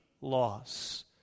loss